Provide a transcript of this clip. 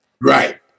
Right